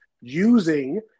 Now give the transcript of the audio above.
using